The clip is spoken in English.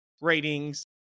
ratings